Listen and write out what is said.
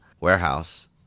warehouse